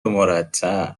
مرتب